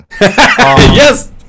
yes